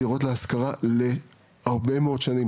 יחידות הדיור שייעודו להשכרה להרבה מאוד שנים,